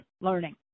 learning